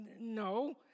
no